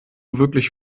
wirklich